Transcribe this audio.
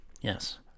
Yes